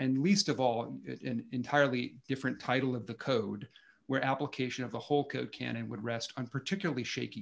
and least of all entirely different title of the code where application of the whole code can and would rest on particularly shaky